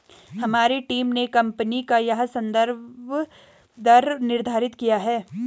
हमारी टीम ने कंपनी का यह संदर्भ दर निर्धारित किया है